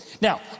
Now